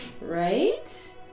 Right